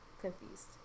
confused